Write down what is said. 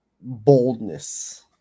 boldness